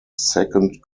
second